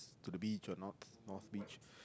to the beach or north north beach